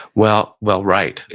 well well right.